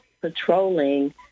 patrolling